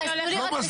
מה הקשר?